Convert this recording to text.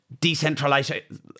decentralization